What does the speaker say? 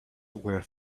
were